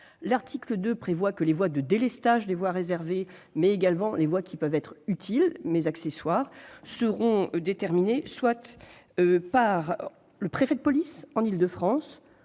l'ordonnance prévoit que les voies de délestage des voies réservées, mais également celles qui peuvent être utiles, mais accessoires, seront déterminées, soit par le préfet de police en région Île-de-France,